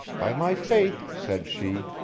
by my faith, said she,